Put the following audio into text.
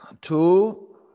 Two